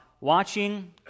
watching